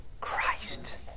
christ